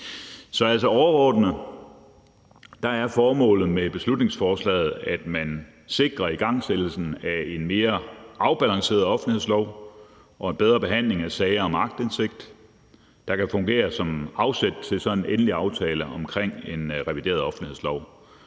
Så altså overordnet er formålet med beslutningsforslaget, at man sikrer igangsættelsen af en mere afbalanceret offentlighedslov og en bedre behandling af sager om aktindsigt, der kan fungere som afsæt til en endelig aftale om en revideret offentlighedslov.